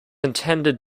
intended